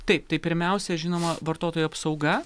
taip tai pirmiausia žinoma vartotojų apsauga